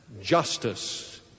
justice